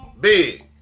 big